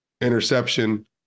interception